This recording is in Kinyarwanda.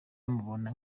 bamubona